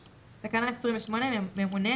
ממונה,